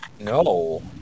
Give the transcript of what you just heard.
No